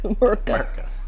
America